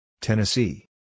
Tennessee